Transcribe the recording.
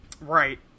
Right